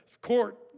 court